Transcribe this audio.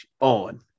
on